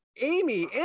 Amy